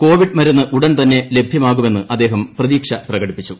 Covid മരുന്ന് ഉടൻതന്നെ ലഭ്യമാകുമെന്ന് അദ്ദേഹം പ്രതീക്ഷ പ്രകടിപ്പിച്ചു